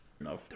No